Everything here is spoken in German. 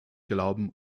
glauben